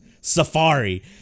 safari